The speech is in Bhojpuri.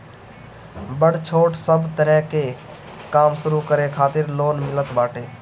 बड़ छोट सब तरह के काम शुरू करे खातिर लोन मिलत बाटे